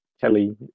Kelly